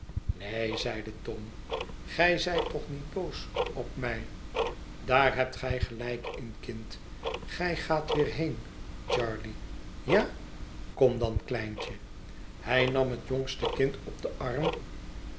neen zeide tom gij zijt toch niet boos op mij daar hebt gij gelijk in kind gij gaat weer heen charley ja kom dan kleintje hij nam het jongste kind op den arm